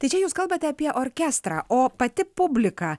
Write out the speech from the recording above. tai čia jūs kalbate apie orkestrą o pati publika